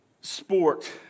sport